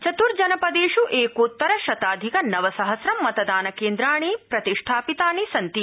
चतुर्जनपदेष् एकोत्तर शताधिक नवसहस्रं मतदान केन्द्राणि तत्र प्रतिष्ठापितानि सन्ति